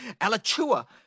Alachua